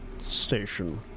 station